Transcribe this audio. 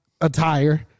attire